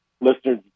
listeners